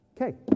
Okay